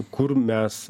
kur mes